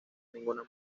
ninguna